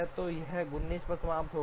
तो यह 19 पर समाप्त होता है